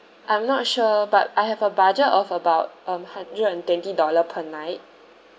I'm not sure but I have a budget of about um hundred and twenty dollar per night